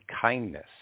kindness